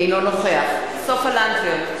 אינו נוכח סופה לנדבר,